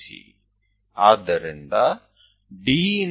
D થી આપણે 12